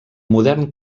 modern